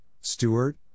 Stewart